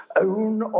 own